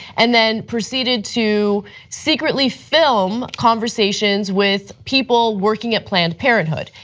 and then proceeded to secretly filmed conversations with people working at planned parenthood.